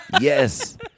yes